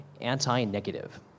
Anti-Negative